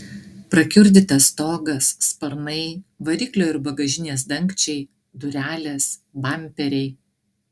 prakiurdytas stogas sparnai variklio ir bagažinės dangčiai durelės bamperiai